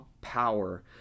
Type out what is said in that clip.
power